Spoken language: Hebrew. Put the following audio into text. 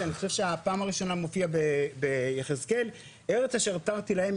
אני חושב שהפעם הראשונה מופיעה ביחזקאל "ארץ אשר תרתי להם,